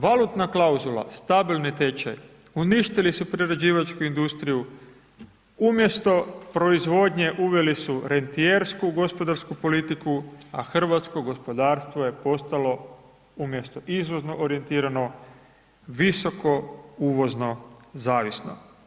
Valutna klauzula, stabilni tečaj, uništili su prerađivačku industriju, umjesto proizvodnje uveli su rentijersku gospodarsku politiku, a hrvatsko gospodarstvo je postalo, umjesto izvozno orijentirano visoko uvozno, zavisno.